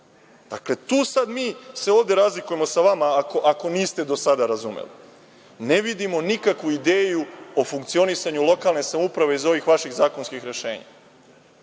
tu se sada mi ovde razlikujemo sa vama, ako niste do sada razumeli. Ne vidimo nikakvu ideju o funkcionisanju lokalne samouprave iz ovih vaših zakonskih rešenja.